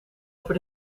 over